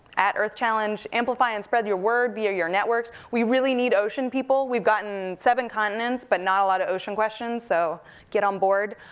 earthchallenge, amplify and spread your word via your networks. we really need ocean people. we've gotten seven continents, but not a lot of ocean questions, so get on board.